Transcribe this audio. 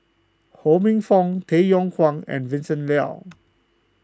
Ho Minfong Tay Yong Kwang and Vincent Leow